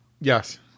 Yes